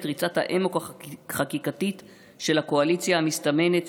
ריצת האמוק החקיקתית של הקואליציה המסתמנת,